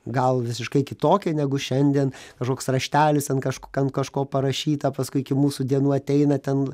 gal visiškai kitokie negu šiandien kažkoks raštelis ant kažko kažko parašyta paskui iki mūsų dienų ateina ten